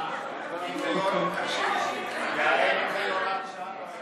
הצעת חוק שמירת הניקיון (תיקון מס' 22) (מטרות כספי היטל הטמנה),